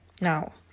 Now